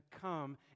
come